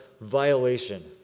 violation